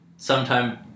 sometime